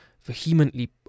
vehemently